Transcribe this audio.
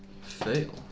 Fail